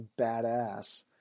badass